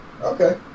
Okay